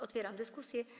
Otwieram dyskusję.